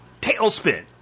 tailspin